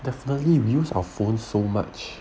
definitely we use our phones so much